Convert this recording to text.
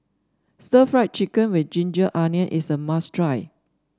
Stir Fried Chicken with ginger onion is a must try